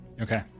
Okay